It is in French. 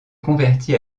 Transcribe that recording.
convertit